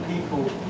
people